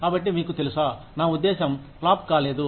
కాబట్టి మీకు తెలుసా నా ఉద్దేశ్యం ఫ్లాప్ కాలేదు